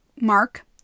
mark